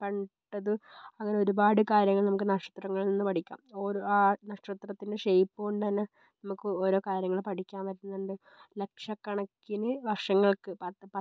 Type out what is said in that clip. പെട്ടത് അങ്ങനെ ഒരുപാട് കാര്യങ്ങൾ നമുക്ക് നക്ഷത്രങ്ങളിൽ നിന്ന് പഠിക്കാം ഓരോ ആ നക്ഷത്രത്തിന് ഷെയ്പ്പ് കൊണ്ടുതന്നെ നമുക്ക് ഓരോ കാര്യങ്ങൾ പഠിക്കാൻ പറ്റുന്നുണ്ട് ലക്ഷക്കണക്കിന് വർഷങ്ങൾക്ക് പത്ത്